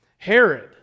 Herod